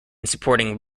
supporting